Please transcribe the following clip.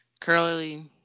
Curly